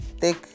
take